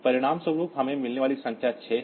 परिणामस्वरूप हमें मिलने वाली संख्या 6 है